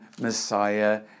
Messiah